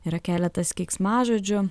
yra keletas keiksmažodžių